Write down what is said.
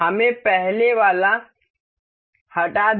हमें पहले वाला हटा दें